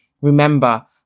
Remember